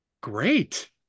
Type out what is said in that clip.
Great